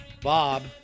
Bob